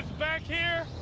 back here